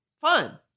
Fun